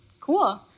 cool